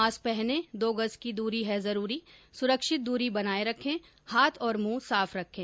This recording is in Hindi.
मास्क पहनें दो गज की दुरी है जरूरी सुरक्षित दूरी बनाए रखें हाथ और मुंह साफ रखें